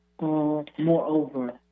Moreover